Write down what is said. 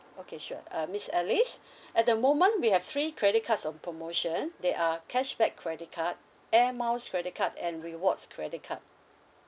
okay sure uh miss alice at the moment we have three credit cards on promotion they are cashback credit card air miles credit card and rewards credit card